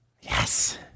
Yes